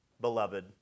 beloved